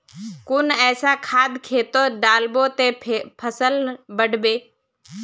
कुन ऐसा खाद खेतोत डालबो ते फसल बढ़बे?